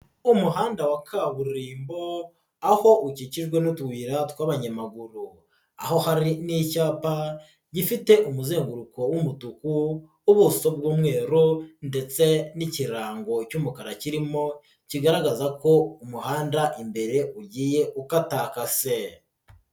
Umuhanda wa kaburimbo aho ukikijwe n'utuyira tw'abanyamaguru aho hari n'icyapa gifite umuzenguruko w'umutuku, ubuso bw'umweru ndetse n'ikirango cy'umukara kirimo kigaragaza ko umuhanda imbere ugiye ukatakase.